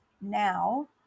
now